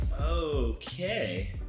Okay